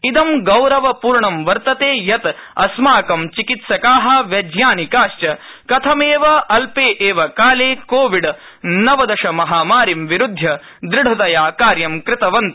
इदं गौरवपूर्ण वर्तते यत् अस्माकं चिकित्सका व ्राजनिकाश्च कथमेव अल्पे एव काले कोविड् नवदशमहामारीं विरुध्य दृढतया कार्यं कृतवन्त